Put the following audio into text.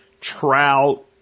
trout